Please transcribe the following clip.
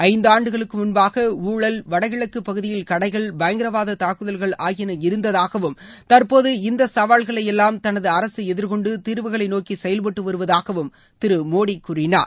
ஐந்தாண்டுகளுக்கு முன்பாக ஊழல் வடகிழக்கு பகுதியில் கடைகள் பயங்கரவாத தாக்குதல்கள் ஆகியன இருந்ததாகவும் தற்போது இந்த சவால்களை எல்லாம் தனது அரசு எதிர்கொண்டு தீர்வுகளை நோக்கி செயல்பட்டு வருவதாக திரு மோடி கூறினார்